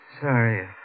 sorry